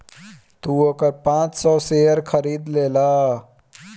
तू ओकर पाँच सौ शेयर खरीद लेला